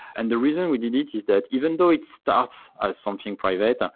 and the reason we did it is that even though it starts as something private,